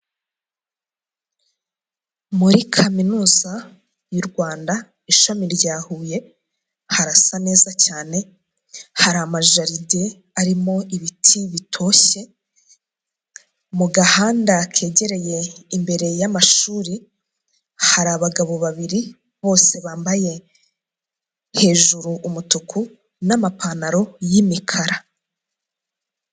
Muri kaminuza y'u Rwanda ishami rya Huye, harasa neza cyane, hari amajaridi arimo ibiti bitoshye, mu gahanda kegereye imbere y'amashuri, hari abagabo babiri, bose bambaye hejuru umutuku n'amapantaro y'imikara.